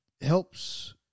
helps